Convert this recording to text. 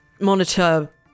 monitor